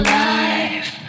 life